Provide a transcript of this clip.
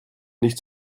nicht